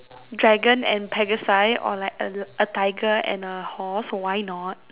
dragon and pegasi or like a tiger and a horse why not